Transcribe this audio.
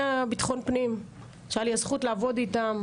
ביטחון פנים שהיה לי הזכות לעבוד איתם,